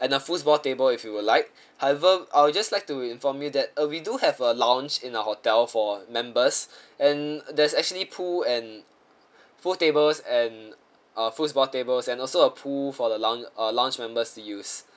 and a fools ball table if you would like however I'll just like to inform you that uh we do have a lounge in our hotel for members and there's actually pool and pool tables and uh fools ball tables and also a pool for the lounge uh lounge members to use